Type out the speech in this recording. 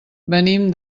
venim